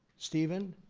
stephen,